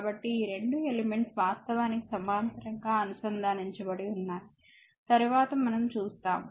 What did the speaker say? కాబట్టి ఈ రెండు ఎలిమెంట్స్ వాస్తవానికి సమాంతరంగా అనుసంధానించబడి ఉన్నాయి తరువాత మనం చూస్తాము